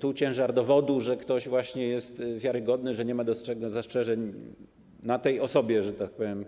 Tu ciężar dowodu, że ktoś właśnie jest wiarygodny, że nie ma do niego zastrzeżeń, na tej osobie, że tak powiem,